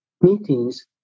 meetings